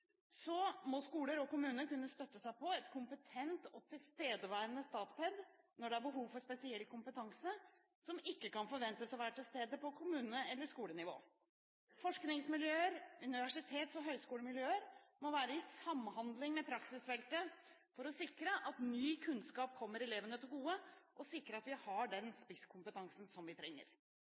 Så må skoler og kommuner kunne støtte seg på et kompetent og tilstedeværende Statped når det er behov for spesiell kompetanse som ikke kan forventes å være til stede på kommune- eller skolenivå. Forskningsmiljøer, universitets- og høgskolemiljøer må være i samhandling med praksisfeltet for å sikre at ny kunnskap kommer elevene til gode, og sikre at vi har den spisskompetansen som vi trenger.